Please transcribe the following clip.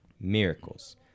miracles